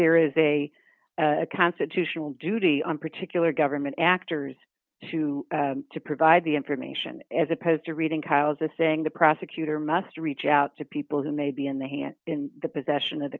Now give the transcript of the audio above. there is a constitutional duty on particular government actors to provide the information as opposed to reading kyles a saying the prosecutor must reach out to people who may be in the hand in the possession of